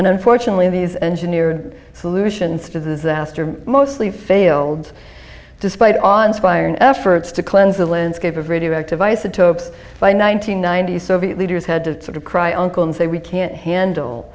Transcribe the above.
and unfortunately these engineered solutions to disaster mostly failed despite on fire in efforts to cleanse the landscape of radioactive isotopes by nine hundred ninety soviet leaders had to sort of cry uncle and say we can't handle